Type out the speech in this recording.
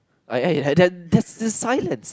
aye eh and then that's this silence